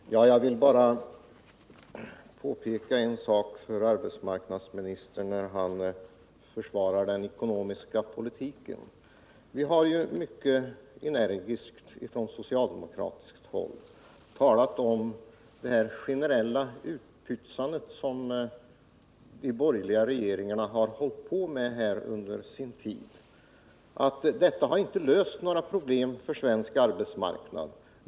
Herr talman! Jag vill bara göra ett påpekande för arbetsmarknadsministern i anslutning till att han försvarade den borgerliga ekonomiska politiken. Från socialdemokratiskt håll har vi mycket energiskt påtalat det här generella utpytsandet som de borgerliga regeringarna har hållit på med under sin tid. Det har inte löst några problem för svensk arbetsmarknad.